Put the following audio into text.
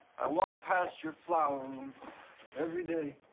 i walk past your flower room every day.